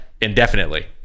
indefinitely